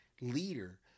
leader